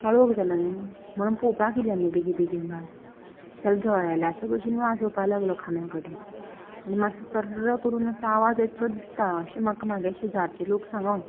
काळोख जालो न्ही म्हण पळोवपाक गेलीं आमी बेगी बेगीन भायर जाल्या झळ्याल्याचो भशेन वास येवपा लागलो खांब्या कडेन आनी मात्सो चर्र करून असो आवाज येतसो दिसता अशें म्हाका म्हागे शेजारचे लोक सांग